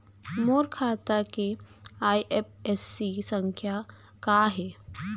मोर खाता के आई.एफ.एस.सी संख्या का हे?